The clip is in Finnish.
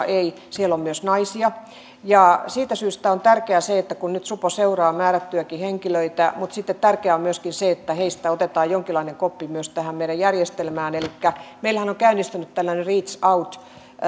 ei siellä on myös naisia siitä syystä on tärkeää se että nyt supo seuraa määrättyjäkin henkilöitä mutta sitten tärkeää on myöskin se että heistä otetaan jonkinlainen koppi myös tähän meidän järjestelmään meillähän on käynnistynyt tällainen reach out